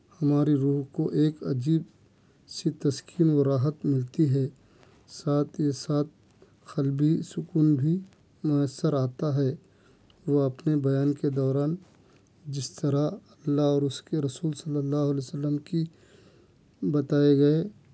ہماری روح کو ایک عجیب سی تسکین و راحت ملتی ہے ساتھ ہی ساتھ قلبی سکون بھی میسّر آتا ہے وہ اپنے بیان کے دوران جس طرح اللہ اور اُس کے رسول صلی اللہ علیہ و سلم کی بتائے گئے